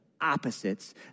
opposites